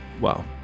wow